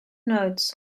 notes